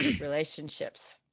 relationships